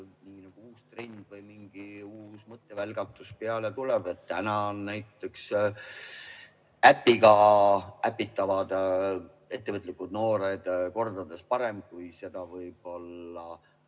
uus trend või mingi uus mõttevälgatus peale tuleb. Täna on näiteks äpiga äpitavad ettevõtlikud noored kordades paremas [seisus] kui võib-olla